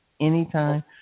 anytime